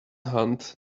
hunt